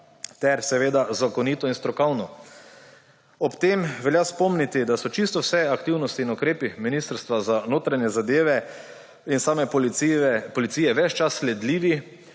ter seveda zakonito in strokovno. Ob tem velja spomniti, da so čisto vse aktivnosti in ukrepi Ministrstva za notranje zadeve in same policije ves čas sledljivi,